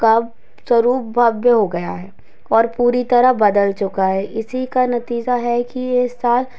का स्वरूप भव्य हो गया है और पूरी तरह बदल चुका है इसी का नतीजा है कि ये इस साल